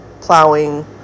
plowing